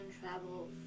travel